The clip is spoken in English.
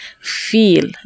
feel